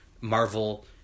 Marvel